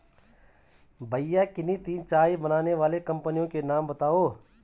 भैया किन्ही तीन चाय बनाने वाली कंपनियों के नाम बताओ?